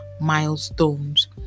milestones